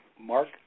Mark